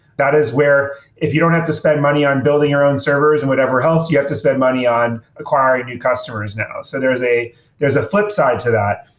that is where if you don't have to spend money on building your own servers and whatever else, you have to spend money on acquiring new customers now. so there's a there's a flipside to that.